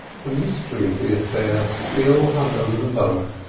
the mystery of the affair still hung over them both.